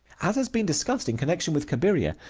as has been discussed in connection with cabiria,